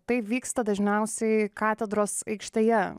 tai vyksta dažniausiai katedros aikštėje